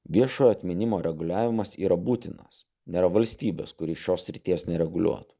viešojo atminimo reguliavimas yra būtinas nėra valstybės kuri šios srities nereguliuotų